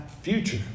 future